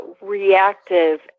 reactive